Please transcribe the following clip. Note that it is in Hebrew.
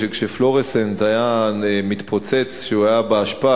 שכשפלואורסצנט היה מתפוצץ כשהוא היה באשפה,